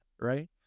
Right